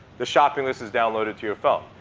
the shopping list is downloaded to your phone.